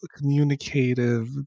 communicative